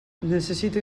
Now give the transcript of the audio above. necessito